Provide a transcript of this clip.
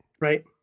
Right